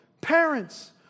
parents